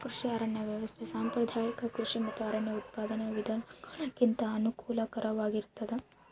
ಕೃಷಿ ಅರಣ್ಯ ವ್ಯವಸ್ಥೆ ಸಾಂಪ್ರದಾಯಿಕ ಕೃಷಿ ಮತ್ತು ಅರಣ್ಯ ಉತ್ಪಾದನಾ ವಿಧಾನಗುಳಿಗಿಂತ ಅನುಕೂಲಕರವಾಗಿರುತ್ತದ